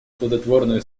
плодотворную